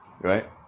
right